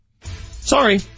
Sorry